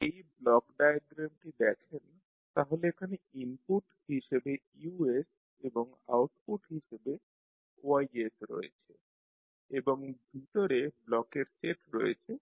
যদি এই ব্লক ডায়াগ্রামটি দেখেন তাহলে এখানে ইনপুট হিসাবে U এবং আউটপুট হিসাবে Y রয়েছে এবং ভিতরে ব্লকের সেট রয়েছে